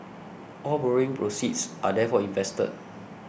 all borrowing proceeds are therefore invested